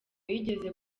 yigeze